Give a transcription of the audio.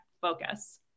focus